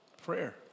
Prayer